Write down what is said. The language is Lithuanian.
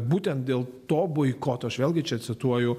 būtent dėl to boikoto aš vėlgi čia cituoju